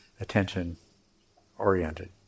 attention-oriented